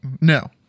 No